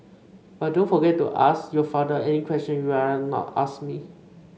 but don't forget to ask your father any question you'd rather not ask me